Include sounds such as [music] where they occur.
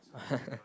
[laughs]